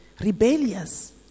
rebellious